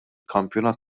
kampjonat